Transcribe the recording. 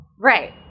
Right